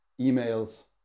emails